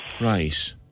Right